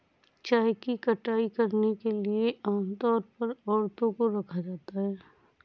चाय की कटाई करने के लिए आम तौर पर औरतों को रखा जाता है